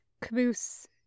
Caboose